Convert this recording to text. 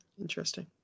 Interesting